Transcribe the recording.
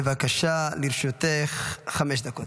בבקשה, לרשותך חמש דקות.